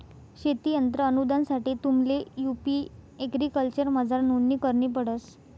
शेती यंत्र अनुदानसाठे तुम्हले यु.पी एग्रीकल्चरमझार नोंदणी करणी पडस